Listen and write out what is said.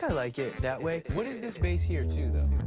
yeah like it that way. what is this bass here, too, though?